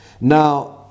Now